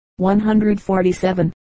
147